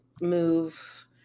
move